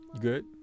good